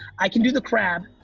i can do the crab.